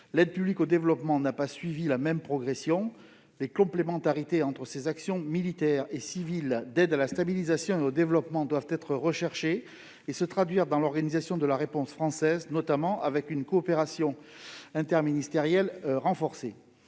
L'aide publique au développement n'a pas suivi la même progression. Les complémentarités entre les actions militaires et civiles d'aide à la stabilisation et au développement doivent être recherchées et se traduire dans l'organisation de la réponse française, notamment avec une coopération interministérielle renforcée.